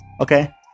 okay